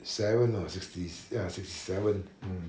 seven or sixty ya sixty seven